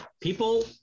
people